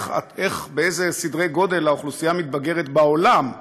באיזה סדרי גודל האוכלוסייה מתבגרת בעולם.